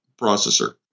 processor